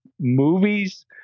movies